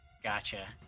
Gotcha